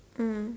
mm